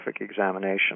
examination